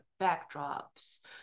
backdrops